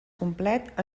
complet